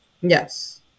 Yes